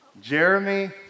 Jeremy